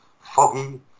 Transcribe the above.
Foggy